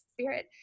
spirit